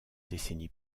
décennies